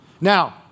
Now